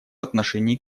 отношении